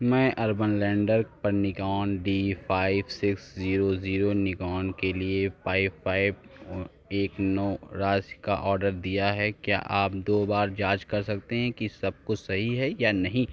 मैं Urban Ladder पर Nikon D five six zero zero Nikon के लिए रुपया फाइव फाइव एक नौ राशि का ऑर्डर दिया है क्या आप दो बार जांच कर सकते हैं कि सब कुछ सही है या नहीं